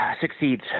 succeeds